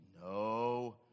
No